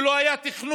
שלא היה תכנון,